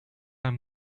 him